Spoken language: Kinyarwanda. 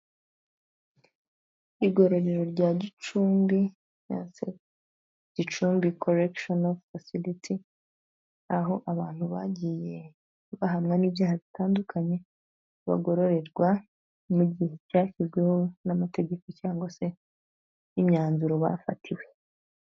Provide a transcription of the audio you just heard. Igororero rya Gicumbi, Gicumbi Korekishoni Fasiliti, aho abantu bagiye bahamwa n'ibyaha bitandukanye bagororerwa mu gihe cyashyizweho n'tegeko cyangwa se n'imyanzuro bafatiwe.